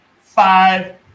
five